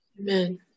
Amen